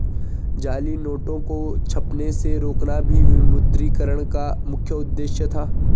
जाली नोटों को छपने से रोकना भी विमुद्रीकरण का मुख्य उद्देश्य था